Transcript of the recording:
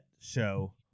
Show